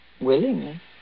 Willingly